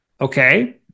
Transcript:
Okay